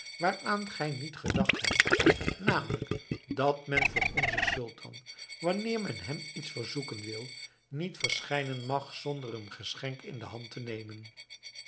waaraan gij niet gedacht hebt namelijk dat men voor onzen sultan wanneer men hem iets verzoeken wil niet verschijnen mag zonder een geschenk in de hand te hebben